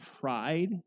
pride